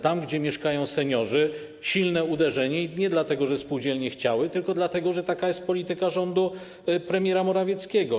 Tam, gdzie mieszkają seniorzy, silne uderzenie, i nie dlatego, że spółdzielnie chciały, tylko dlatego, że taka jest polityka rządu premiera Morawieckiego.